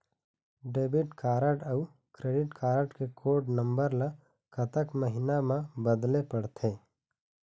Debit card अऊ credit card के code number ला कतक महीना मा बदले पड़थे?